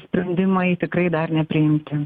sprendimai tikrai dar nepriimti